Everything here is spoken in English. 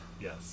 Yes